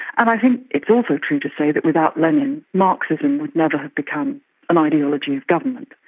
and i think it's also true to say that without lenin, marxism would never have become an ideology of government.